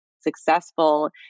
successful